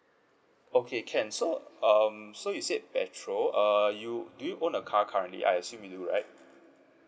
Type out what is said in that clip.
okay can so um so you said petrol err you do you own a car currently I assume you do right